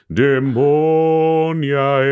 demonia